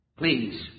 Please